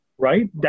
right